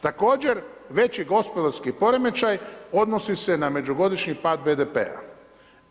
Također, veći gospodarski poremećaj odnosi se na međugodišnji pad BDP-a.